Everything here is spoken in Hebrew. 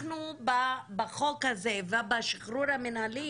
אנחנו בחוק הזה ובשחרור המינהלי,